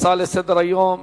לסדר-היום מס'